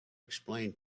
explain